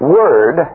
word